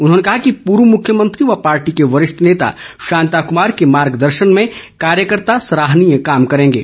उन्होंने कहा कि पूर्व मुख्यमंत्री व पार्टी के वरिष्ठ नेता शांता कुमार के मार्गदर्शन में कार्यकर्ता सराहनीय कार्य करेंगे